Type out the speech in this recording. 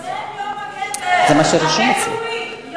את ההצעות יושב-ראש ועדת הכנסת חבר הכנסת דוד ביטן.